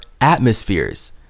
atmospheres